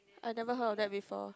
I've never heard of that before